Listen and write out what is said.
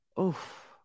Oof